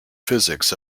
physics